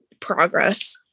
progress